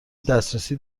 دسترسی